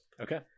Okay